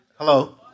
Hello